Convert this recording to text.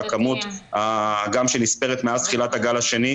והכמות גם שנספרת מאז תחילת הגל השני.